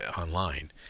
online